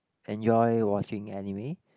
enjoy watching anime